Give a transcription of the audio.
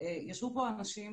ישבו פה אנשים,